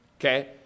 Okay